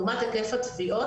לעומת היקף התביעות,